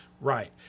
Right